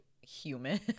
human